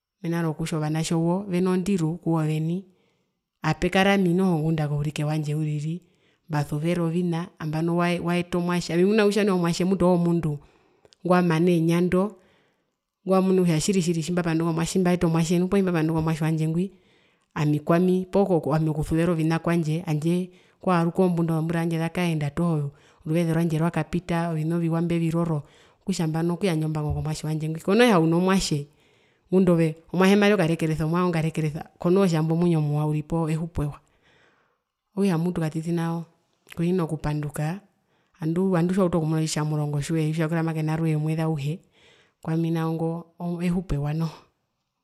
Mena rokutja ovanatje uriri owo ndiru kuwoveni apekara ami mbasuvera ovina amabo waa waeta omwatje ami mbimuna kutja nai omwatje owomundu ngwamana enyando ngwamunu kutja tjiri tjiri tjimbapanduka poo tjimbaeta omwatje wandje ngwi ami kwami poo okusuvera ovina kwandje tjandje kwaruka ombunda ozombura zandje zakaenda toho ruveze rwandje rwakapita ovina oviwa mbeviroro, okutja nambano kuyandja mbango komwatje wandje ngwi konootja uno mwatje omwatje mari okarekerisa ove movanga okarekerisa konootja imbo mwinyo muwa uriri poo ehupo ewa, okutja katiti nao kuhina kupanduka anduu adunduu tjiwautu okumuna otjitjamurongo tjoye tjitjakurama kena roye omwze auhe kwami nao ngo ehumo ewa noho.